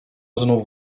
znów